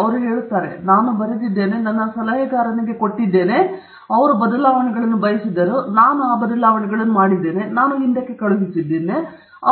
ಅವರು ಹೇಳುತ್ತಿದ್ದಾರೆ ನಿಮಗೆ ಗೊತ್ತಿದೆ ನಾನು ಏನಾದರೂ ಬರೆದಿದ್ದೇನೆ ನನ್ನ ಸಲಹೆಗಾರನಿಗೆ ಅದನ್ನು ಕೊಟ್ಟಿದ್ದೇನೆ ಮತ್ತು ನಂತರ ಅವರು ಕೆಲವು ಬದಲಾವಣೆಗಳನ್ನು ಬಯಸಿದ್ದರು ನಾನು ಆ ಬದಲಾವಣೆಗಳನ್ನು ಮಾಡಿದ್ದೇನೆ ನಾನು ಅದನ್ನು ಹಿಂದಕ್ಕೆ ಕಳುಹಿಸಿದ್ದೇನೆ